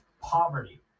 poverty